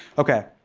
okay,